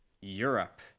Europe